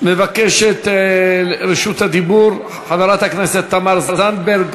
מבקשת את רשות הדיבור חברת הכנסת תמר זנדברג,